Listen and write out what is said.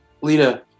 Lita